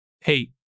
hey